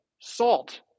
salt